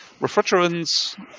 refrigerants